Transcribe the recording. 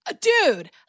Dude